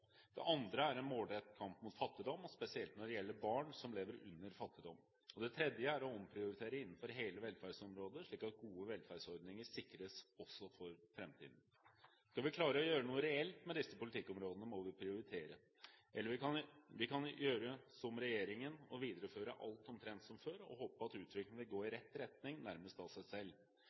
Det andre er en målrettet kamp mot fattigdom, spesielt når det gjelder barn som lever i fattigdom. Det tredje er å omprioritere innenfor hele velferdsområdet slik at gode velferdsordninger sikres også for framtiden. Skal vi klare å gjøre noe reelt med disse politikkområdene, må vi prioritere. Eller vi kan gjøre som regjeringen, å videreføre alt omtrent som før og håpe at utviklingen vil gå i rett retning nærmest av seg selv.